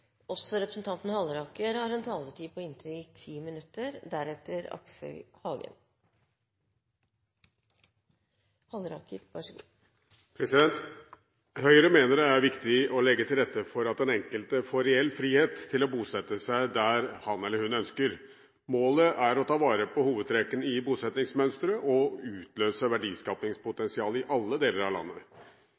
viktig å legge til rette for at den enkelte får reell frihet til å bosette seg der han eller hun ønsker. Målet er å ta vare på hovedtrekkene i bosettingsmønsteret og utløse verdiskapingspotensialet i alle deler av landet.